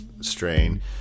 strain